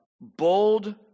bold